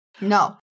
No